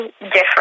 different